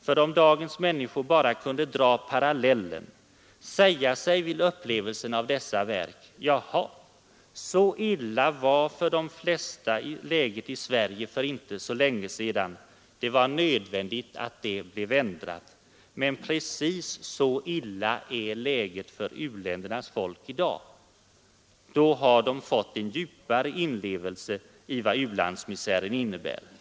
För om dagens människor bara kunde dra parallellen, säga sig vid upplevelsen av dessa verk: ”Jaha, så illa var läget för de flesta i Sverige för inte så länge sedan, och det var nödvändigt att det blev ändrat; men precis så illa är läget för u-ländernas folk i dag ”— då har de också fått en djupare inlevelse i vad u-landsmisären innebär.